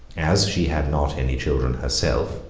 as she had not any children herself,